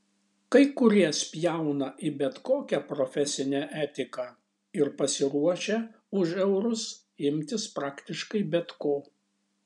kai kurie spjauna į bet kokią profesinę etiką ir pasiruošę už eurus imtis praktiškai bet ko